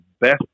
best